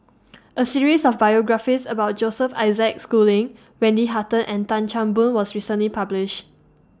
A series of biographies about Joseph Isaac Schooling Wendy Hutton and Tan Chan Boon was recently published